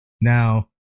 Now